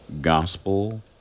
Gospel